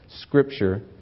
Scripture